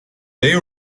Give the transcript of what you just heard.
they